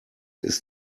ist